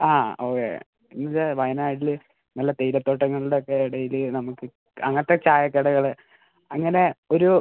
ആ ഓക്കെ ഇത് വയനാട്ടിൽ നല്ല തേയില തോട്ടങ്ങളുടെ ഒക്കെ ഇടയിൽ നമുക്ക് അങ്ങനത്തെ ചായ കടകൾ അങ്ങനെ ഒരു